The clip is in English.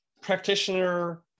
practitioner